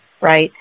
right